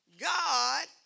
God